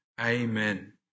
Amen